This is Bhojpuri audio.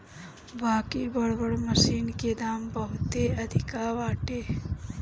बाकि बड़ बड़ मशीन के दाम बहुते अधिका बाटे